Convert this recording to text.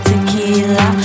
Tequila